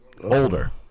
older